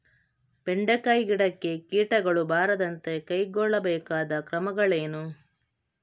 ಬೆಂಡೆಕಾಯಿ ಗಿಡಕ್ಕೆ ಕೀಟಗಳು ಬಾರದಂತೆ ಕೈಗೊಳ್ಳಬೇಕಾದ ಕ್ರಮಗಳೇನು?